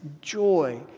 joy